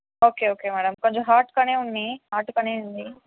okay okay madam కొంచెం హాట్గానే ఉండనీ హాట్గానే ఉండనీ